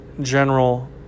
general